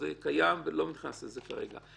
זה קיים ואני לא נכנס לזה כרגע.